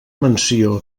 menció